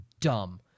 dumb